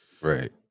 Right